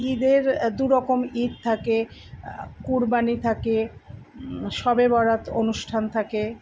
ঈদের দুরকম ঈদ থাকে কুরবানি থাকে শবেবরাত অনুষ্ঠান থাকে